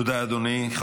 תודה, אדוני.